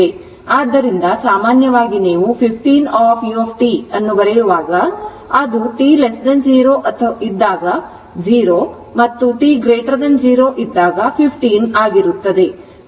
ಆದ್ದರಿಂದ ಸಾಮಾನ್ಯವಾಗಿ ನೀವು 15 of u ಅನ್ನು ಬರೆಯುವಾಗ ಅದು t0 ಇದ್ದಾಗ 0 ಮತ್ತು t0 ಇದ್ದಾಗ 15 ಆಗಿರುತ್ತದೆ